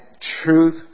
truth